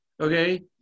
Okay